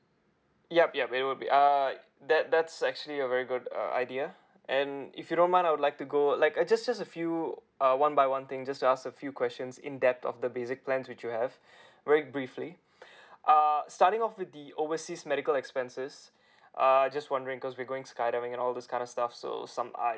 yup yup it would be err that that's actually a very good uh idea and if you don't mind I would like to go like I just just a few err one by one thing just to ask a few questions in depth of the basic plans which you have very briefly uh starting off with the overseas medical expenses err I just wondering cause we going skydiving and all those kind of stuff so some I